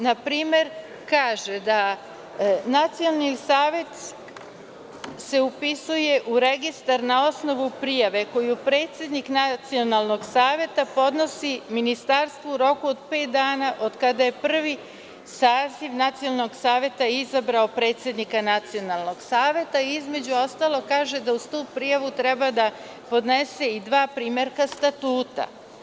Na primer, kaže se da se nacionalni savet upisuje u registar na osnovu prijave koju predsednik nacionalnog saveta podnosi ministarstvu u roku od pet dana od kada je prvi saziv nacionalnog saveta izabrao predsednika nacionalnog saveta i između ostalog kaže da uz tu prijavu treba da podnese i dva primerka statuta.